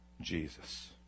Jesus